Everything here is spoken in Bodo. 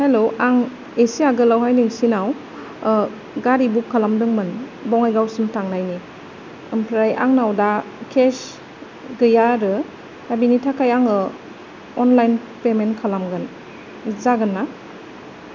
हेल' आं एसे आगोलावहाय नोंसोरनाव गारि बुक खालामदोंमोन बङाइगावसिम थांनायनि ओमफ्राय आंनाव दा केच गैया आरो दा बिनि थाखाय आङो अनलाइन पेमेन्ट खालामगोन जागोन ना